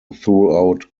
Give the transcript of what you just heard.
throughout